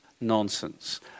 nonsense